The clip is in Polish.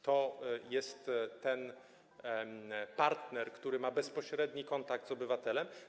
To jest ten partner, który ma bezpośredni kontakt z obywatelem.